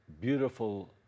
beautiful